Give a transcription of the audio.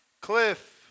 Cliff